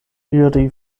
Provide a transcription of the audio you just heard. iri